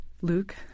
Luke